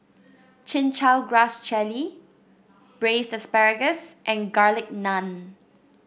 Chin Chow Grass Jelly Braised Asparagus and Garlic Naan